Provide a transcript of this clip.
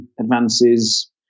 advances